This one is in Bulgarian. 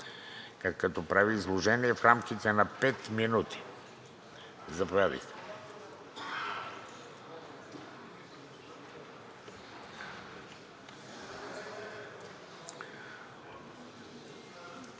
направят изложение в рамките на 5 минути. Заповядайте,